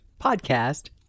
podcast